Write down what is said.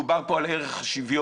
דובר פה על ערך השוויון,